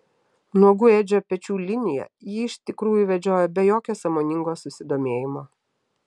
nuogų edžio pečių liniją ji iš tikrųjų vedžiojo be jokio sąmoningo susidomėjimo